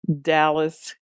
Dallas